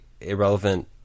irrelevant